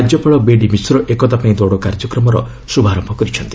ରାଜ୍ୟପାଳ ବିଡି ମିଶ୍ର ଏକତାପାଇଁ ଦ୍ରୌଡ଼ କାର୍ଯ୍ୟକ୍ରମର ଶୁଭାରମ୍ଭ କରିଛନ୍ତି